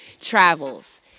travels